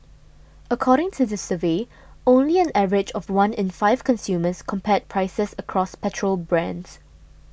according to the survey only an average of one in five consumers compared prices across petrol brands